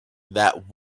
that